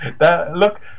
Look